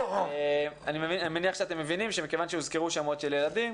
אני מניח שאתם מבינים שמכיוון שהוזכרו‏ שמות של ילדים,